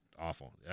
awful